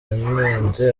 yanenze